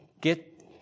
get